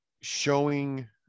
showing